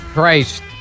Christ